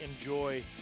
enjoy